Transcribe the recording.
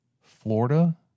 Florida